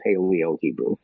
Paleo-Hebrew